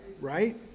right